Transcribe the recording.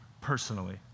personally